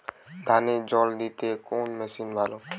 ধানে জল দিতে কোন মেশিন ভালো?